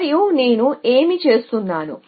మరియు నేను ఏమి చేస్తున్నాను